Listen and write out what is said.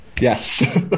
Yes